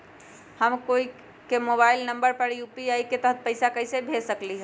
हम कोई के मोबाइल नंबर पर यू.पी.आई के तहत पईसा कईसे भेज सकली ह?